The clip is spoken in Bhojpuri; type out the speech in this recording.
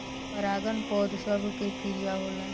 परागन पौध सभ के क्रिया होला